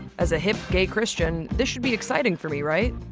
as a hip gay christian, this should be exciting for me, right?